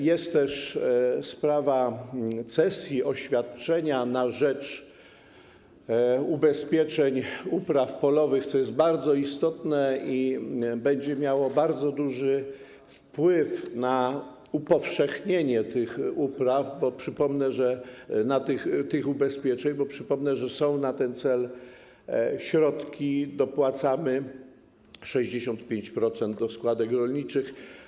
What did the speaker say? Jest też sprawa cesji oświadczenia na rzecz ubezpieczeń upraw polowych, co jest bardzo istotne i będzie miało bardzo duży wpływ na upowszechnienie tych upraw, tych ubezpieczeń, bo przypomnę, że są na ten cel środki, dopłacamy 65% do składek rolniczych.